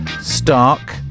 stark